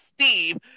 Steve